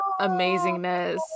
amazingness